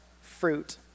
fruit